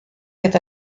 eta